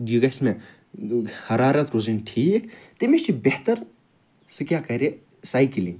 حَرارَت روزٕنۍ ٹھیٖک تٔمِس چھُ بہتَر سُہ کیٛاہ کَرِ سایکٕلنٛگ